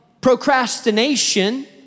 procrastination